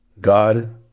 God